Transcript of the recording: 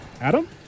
Adam